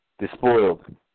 despoiled